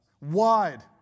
wide